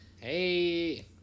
Hey